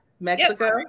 Mexico